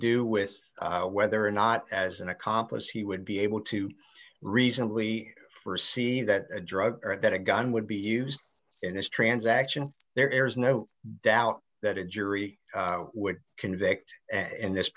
do with whether or not as an accomplice he would be able to reasonably for see that drug or that a gun would be used in this transaction there is no doubt that a jury would convict in this